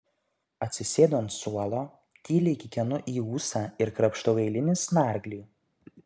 atsisėdu ant suolo tyliai kikenu į ūsą ir krapštau eilinį snarglį